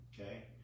Okay